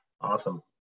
Awesome